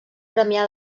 premià